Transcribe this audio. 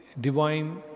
divine